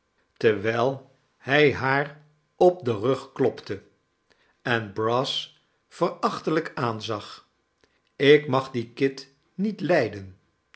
gevaar by haar op den rug klopte en brass verachtelij'k aanzag ik mag dien kit niet lijden